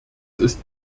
ist